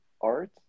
art